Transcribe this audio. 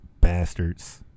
Bastards